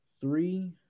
three